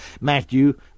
Matthew